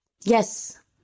Yes